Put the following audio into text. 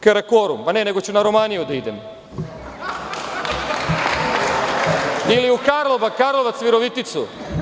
Karakorum, ne, nego ću na Romaniju da idem ili u Karlobag, Karlovac, Viroviticu.